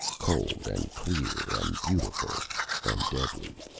cold and clear and beautiful and deadly.